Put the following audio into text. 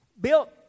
Built